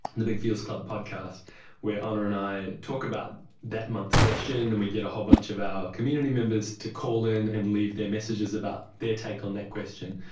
the big feels club podcast where honor and i talk about that month's question and we get a whole bunch of our community members to call in and leave their messages about their take on that question.